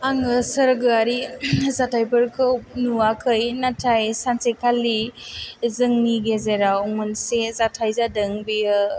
आङो सोरगोयारि जाथाइफोरखौ नुवाखै नाथाय सानसेखालि जोंनि गेजेराव मोनसे जाथाय जादों बेयो